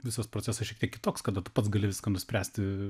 visas procesas šiek tiek kitoks kad pats gali viską nuspręsti